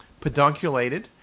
pedunculated